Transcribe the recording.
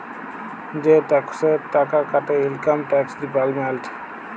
যে টেকসের টাকা কাটে ইলকাম টেকস ডিপার্টমেল্ট